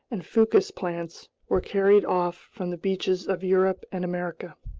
and fucus plants were carried off from the beaches of europe and america,